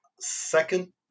Second